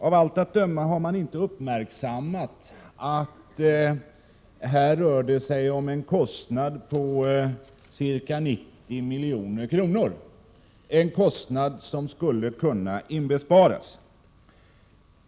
Av allt att döma har man inte uppmärksammat att det här rör sig om en kostnad på ca 90 milj.kr. — en kostnad som skulle kunna inbesparas.